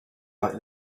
like